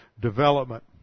development